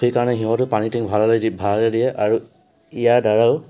সেইকাৰণে সিহঁতে পানী টেংক ভালে ভাড়ালৈ দিয়ে আৰু ইয়াৰ দ্বাৰাও